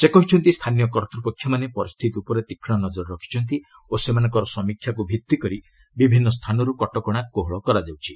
ସେ କହିଛନ୍ତି ସ୍ଥାନୀୟ କର୍ତ୍ତ୍ୱପକ୍ଷମାନେ ପରିସ୍ଥିତି ଉପରେ ତୀକ୍ଷ୍ଣ ନଜର ରଖିଛନ୍ତି ଓ ସେମାନଙ୍କର ସମୀକ୍ଷାକୁ ଭିତ୍ତି କରି ବିଭିନ୍ନ ସ୍ଥାନରୁ କଟକଣା କୋହଳ କରାଯାଉଛି